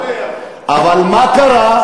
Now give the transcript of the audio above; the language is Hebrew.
אבל מה קרה?